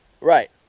right